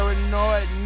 Paranoid